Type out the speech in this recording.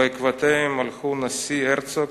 בעקבותיהם הלכו הנשיא הרצוג